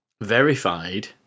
verified